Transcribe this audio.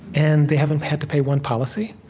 and they haven't had to pay one policy.